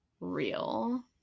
real